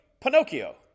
Pinocchio